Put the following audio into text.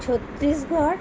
Chhattisgarh